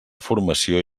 formació